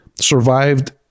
survived